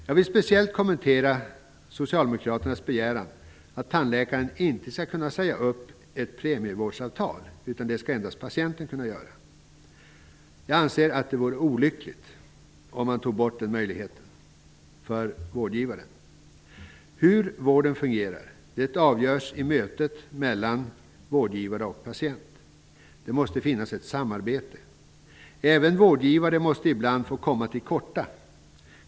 Jag vill speciellt kommentera socialdemokraternas begäran att tandläkaren inte skall kunna säga upp ett premievårdsavtal, utan att detta skall kunna göras endast av patienten. Jag anser att det vore olyckligt om man tog bort denna möjlighet för vårdgivaren. Hur vården fungerar avgörs i mötet mellan vårdgivare och patient. Det måste finnas ett samarbete. Även vårdgivare måste ibland få komma till korta.